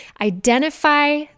Identify